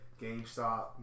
GameStop